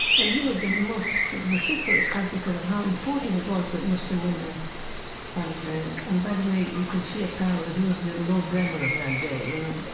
and he was the most vociferous advocate of how important it was that muslim women unveil and by the way, you can see a parallel, he was the lord bremer of that day, you know? i